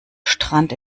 strand